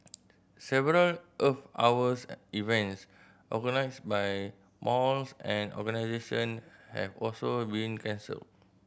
several Earth Hours events organised by malls and organisation have also been cancelled